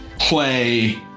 play